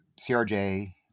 CRJ